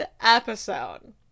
episode